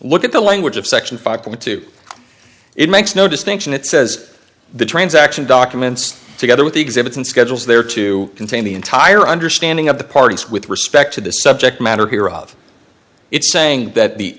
look at the language of section five dollars it makes no distinction it says the transaction documents together with the exhibits and schedules there to contain the entire understanding of the parties with respect to the subject matter here of it saying that the